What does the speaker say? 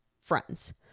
friends